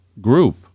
group